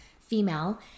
female